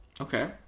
okay